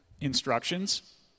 instructions